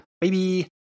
baby